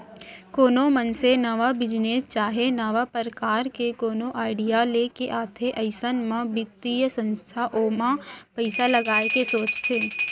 कोनो मनसे नवा बिजनेस चाहे नवा परकार के कोनो आडिया लेके आथे अइसन म बित्तीय संस्था ओमा पइसा लगाय के सोचथे